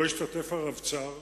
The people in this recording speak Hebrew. שבו השתתף הרבצ"ר,